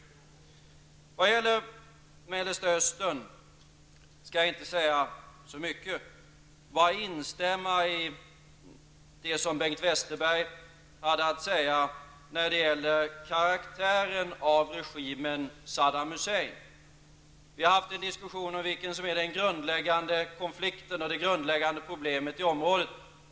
Vad gäller Mellersta Östern skall jag inte säga så mycket. Jag vill instämma i det Bengt Westerberg hade att säga när det gäller karaktären av regimen Saddam Hussein. Vi har fört en diskussion om vad som är den grundläggande konflikten och det grundläggande problemet i området.